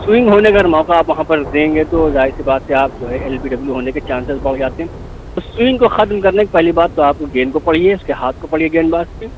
song کو ہونے کا اگر موقع آپ وہاں پر دیں گے تو ظاہر سی بات ہے آپ جو ہے ایل بی ڈبلیو ہونے کے چانسز بڑھ جاتے ہیں تو سونگ کو ختم کرنے کے پہلی بات تو آپ کو گیند کو پڑھیے اُس کے ہاتھ کو پڑھیے گیند باز کے